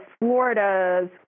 Florida's